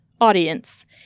audience